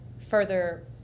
further